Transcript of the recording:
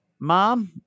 mom